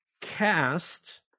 cast